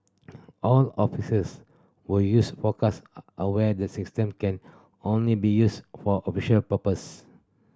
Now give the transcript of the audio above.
all officers who use Focus are aware the system can only be used for official purposes